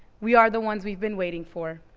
we are the ones we've been waiting for.